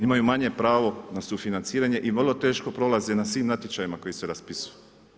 Imaju manje pravo na sufinanciranje i vrlo teško prolaze na svim natječajima koji se raspisuju.